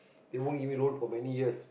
they won't give me loan for many years